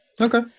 okay